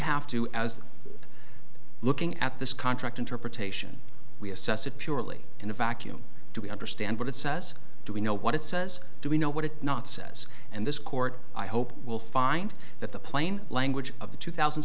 have to as looking at this contract interpretation we assess it purely in a vacuum do we understand what it says do we know what it says do we know what it not says and this court i hope will find that the plain language of the two thousand